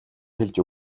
хэлж